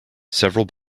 several